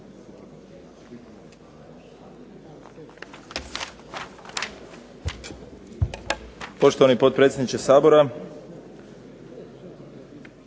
Poštovani potpredsjedniče Sabora.